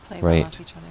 Right